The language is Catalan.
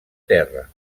terra